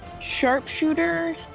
Sharpshooter